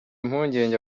impungenge